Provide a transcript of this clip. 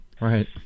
Right